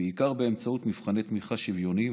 בעיקר באמצעות מבחני תמיכה שוויוניים,